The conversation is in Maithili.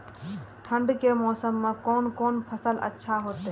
ठंड के मौसम में कोन कोन फसल अच्छा होते?